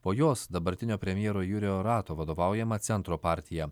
po jos dabartinio premjero jurijo rato vadovaujama centro partija